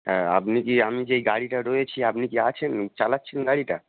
হ্যাঁ আপনি কি আমি যেই গাড়িটা রয়েছি আপনি কি আছেন চালাচ্ছেন গাড়িটা